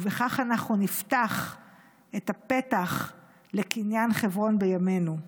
ובכך אנחנו נפתח פתח לקניין חברון בימינו.